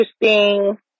interesting